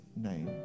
name